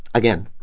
again